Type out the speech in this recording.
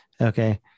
okay